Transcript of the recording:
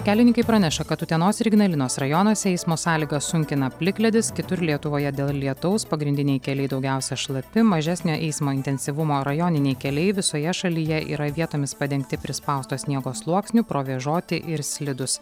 kelininkai praneša kad utenos ir ignalinos rajonuose eismo sąlygas sunkina plikledis kitur lietuvoje dėl lietaus pagrindiniai keliai daugiausia šlapi mažesnio eismo intensyvumo rajoniniai keliai visoje šalyje yra vietomis padengti prispausto sniego sluoksniu provėžoti ir slidūs